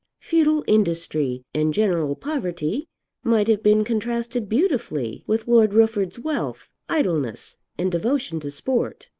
futile industry, and general poverty might have been contrasted beautifully with lord rufford's wealth, idleness, and devotion to sport.